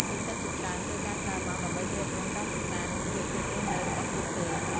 និស្សិតជាច្រើនធ្វើការក្រៅម៉ោងដើម្បីទ្រទ្រង់ការសិក្សា និងជីវភាពរស់នៅរបស់ពួកគេ។